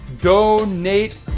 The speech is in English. Donate